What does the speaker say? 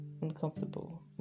uncomfortable